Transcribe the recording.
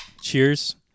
Cheers